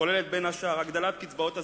כוללת בין השאר הגדלת קצבאות הזיקנה,